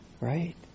Right